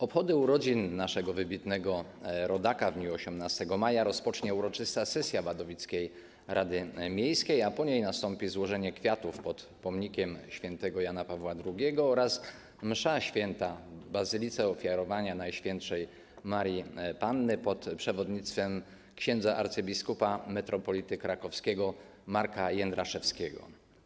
Obchody urodzin naszego wybitnego rodaka w dniu 18 maja rozpocznie uroczysta sesja wadowickiej rady miejskiej, a po niej nastąpi złożenie kwiatów pod pomnikiem św. Jana Pawła II oraz msza święta w bazylice Ofiarowania Najświętszej Maryi Panny pod przewodnictwem ks. abp. metropolity krakowskiego Marka Jędraszewskiego.